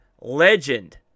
Legend